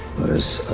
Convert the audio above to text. let us